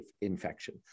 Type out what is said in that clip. infection